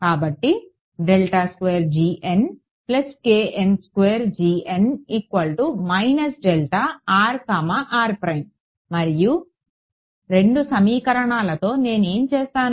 కాబట్టి మరియు ఈ రెండు సమీకరణాలతో నేను ఏమి చేస్తాను